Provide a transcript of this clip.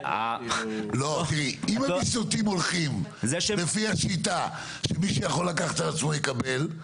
אם הוויסותים הולכים לפי השיטה שמי שיכול לקחת על עצמו יקבל,